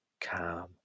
calm